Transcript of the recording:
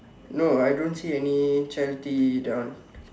no I don't see any charity that one